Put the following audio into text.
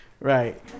right